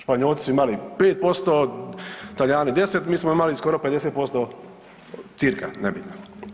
Španjolci su imali 5%, Talijani 10%, mi smo imali skoro 50% cca., nebitno.